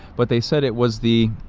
but they said it was the